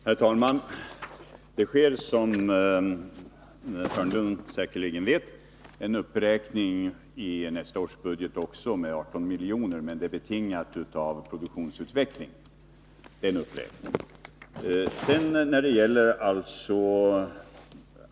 Herr talman! Det sker, som Börje Hörnlund säkerligen vet, en uppräkning i nästa års budget med 18 milj.kr., men den uppräkningen är betingad av produktionsutvecklingen.